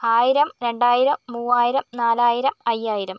ആയിരം രണ്ടായിരം മൂവായിരം നാലായിരം അയ്യായിരം